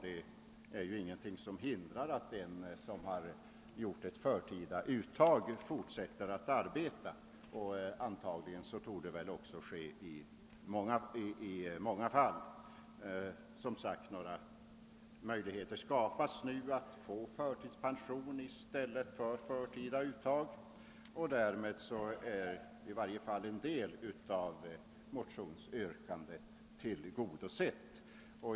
Det är ju ingenting som hindrar att en som har gjort ett förtida uttag fortsätter att arbeta. Antagligen torde detta ske i många fall. Som sagt skapas nu möjlighet att få förtidspension i stället för förtida uttag, och därmed är i varje fall en del av motionsyrkandet tillgodosett.